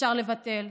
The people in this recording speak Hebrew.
אפשר לבטל.